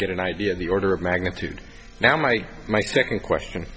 get an idea of the order of magnitude now my my second question